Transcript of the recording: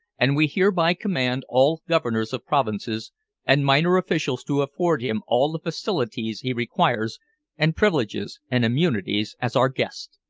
and we hereby command all governors of provinces and minor officials to afford him all the facilities he requires and privileges and immunities as our guest.